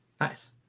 nice